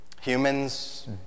Humans